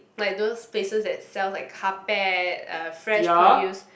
like those places that sell like carpet uh fresh produce